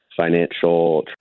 financial